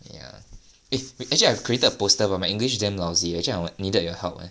ya eh actually I've created a poster but my english damn lousy eh I want needed your help eh